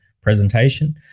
presentation